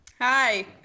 Hi